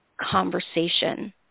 conversation